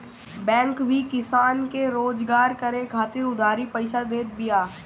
bank भी किसान के रोजगार करे खातिर उधारी पईसा देत बिया